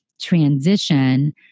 transition